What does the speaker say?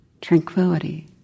tranquility